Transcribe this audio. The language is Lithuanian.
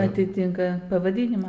atitinka pavadinimą